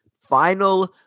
Final